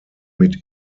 mit